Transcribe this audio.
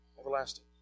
Everlasting